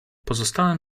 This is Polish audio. pozostałem